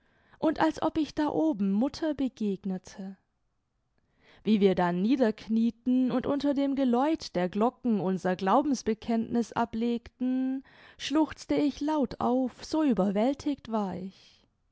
und als ob ich da oben mutter begegnete wie wir dann niederknieten und unter dem geläut der glocken imser glaubensbekenntnis ablegten schluchzte ich laut auf so ber war ich